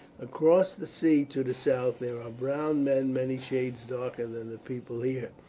across the sea to the south there are brown men many shades darker than the people here,